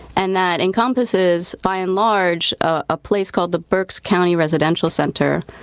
and that encompasses by and large a place called the berks county residential center,